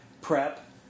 Prep